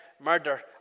murder